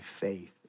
faith